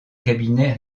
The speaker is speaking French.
cabinet